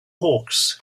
hawks